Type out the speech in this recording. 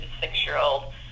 six-year-old